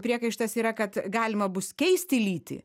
priekaištas yra kad galima bus keisti lytį